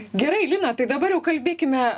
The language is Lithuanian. gerai lina tai dabar jau kalbėkime